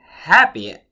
Happy